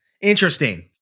Interesting